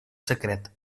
secret